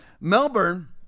Melbourne